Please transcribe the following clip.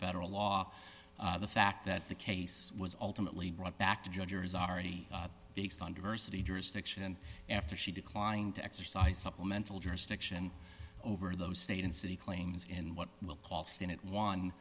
federal law the fact that the case was ultimately brought back to judge or is already based on diversity jurisdiction and after she declined to exercise supplemental jurisdiction over those state and city claims in what we'll call s